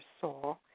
soul